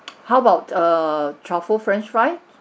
how about err truffle french fries